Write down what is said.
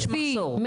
לפי,